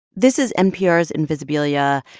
this is npr's invisibilia.